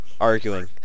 Arguing